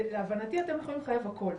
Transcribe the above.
אגיד את זה כך: להבנתי אתם יכולים לחייב הכול.